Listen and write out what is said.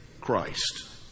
Christ